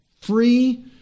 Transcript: free